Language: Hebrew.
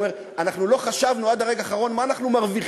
הוא אומר: אנחנו לא חשבנו עד הרגע האחרון מה אנחנו מרוויחים.